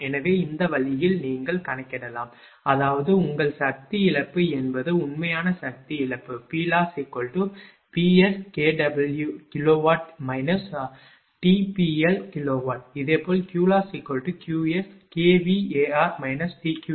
எனவே இந்த வழியில் நீங்கள் கணக்கிடலாம் அதாவது உங்கள் சக்தி இழப்பு என்பது உண்மையான சக்தி இழப்பு PLossPskW TPL இதேபோல் QLossQskVAr TQL